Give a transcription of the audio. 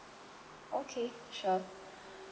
okay sure